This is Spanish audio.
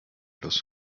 los